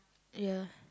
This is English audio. ya